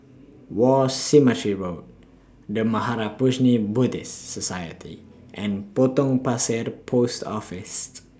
War Cemetery Road The Mahaprajna Buddhist Society and Potong Pasir Post Office